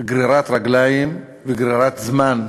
גרירת רגליים וגרירת זמן,